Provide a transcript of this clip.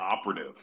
operative